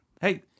Hey